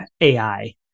AI